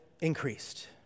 increased